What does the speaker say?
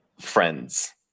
friends